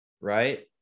right